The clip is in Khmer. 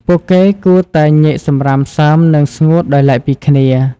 ពួកគេគួរតែញែកសំរាមសើម និងស្ងួតដោយទ្បែកពីគ្នា។